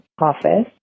office